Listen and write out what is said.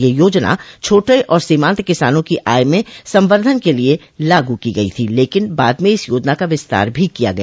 यह योजना छोटे और सीमांत किसानों की आय में संबर्धन के लिए लागू की गई थी लेकिन बाद में इस योजना का विस्तार भी किया गया